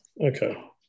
okay